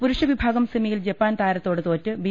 പുരുഷ വിഭാഗം സെമിയിൽ ജപ്പാൻ താരത്തോട് തോറ്റ് ബി